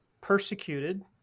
persecuted